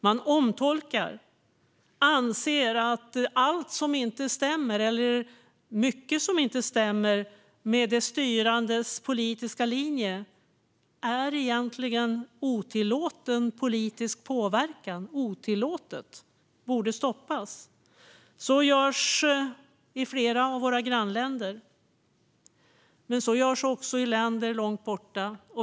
Man omtolkar och anser att allt som inte stämmer, eller mycket som inte stämmer, med de styrandes politiska linje egentligen är otillåten politisk påverkan, att det är otillåtet och borde stoppas. Så görs i flera av våra grannländer. Men så görs också i länder långt borta.